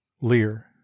Lear